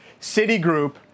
Citigroup